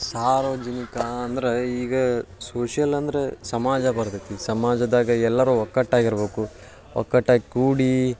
ಸಾರ್ವಜನಿಕ ಅಂದ್ರೆ ಈಗ ಸೋಷಲ್ ಅಂದ್ರೆ ಸಮಾಜ ಬರ್ತೈತಿ ಸಮಾಜ್ದಾಗೆ ಎಲ್ಲರೂ ಒಗ್ಗಟ್ಟಾಗಿರ್ಬಕು ಒಗ್ಗಟ್ಟಾಗ್ ಕೂಡಿ